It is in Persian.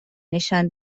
نشان